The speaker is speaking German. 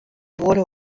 wurde